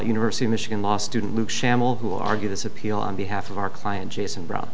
university of michigan law student luke shammal who argue this appeal on behalf of our client jason brown